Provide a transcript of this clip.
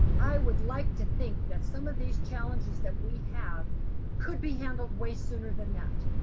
i would like to think that some of these challenges that we have could be handled way sooner than that.